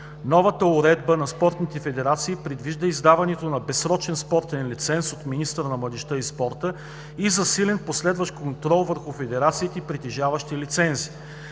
Новата уредба на спортните федерации предвижда издаването на безсрочен спортен лиценз от министъра на младежта и спорта и засилен последващ контрол върху федерациите, притежаващи лицензи.